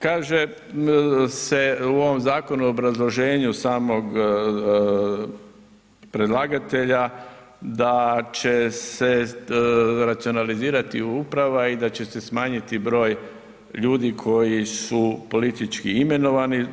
Kaže se u ovom zakonu u obrazloženju samog predlagatelja da će se racionalizirati uprava i da će se smanjiti broj ljudi koji su politički imenovani.